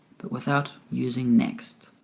but without using next